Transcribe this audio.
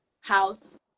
house